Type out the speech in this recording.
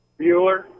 Bueller